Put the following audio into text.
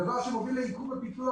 דבר שמוביל לעיכוב הפיתוח,